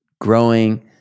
growing